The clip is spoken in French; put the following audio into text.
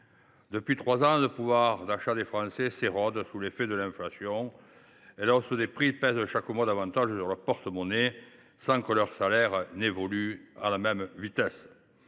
Depuis trois ans, le pouvoir d’achat des Français s’érode sous l’effet de l’inflation. La hausse des prix pèse chaque mois davantage sur les porte monnaies, sans que les salaires évoluent à la même vitesse.